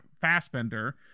Fassbender